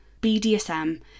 BDSM